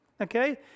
Okay